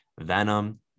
Venom